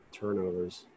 turnovers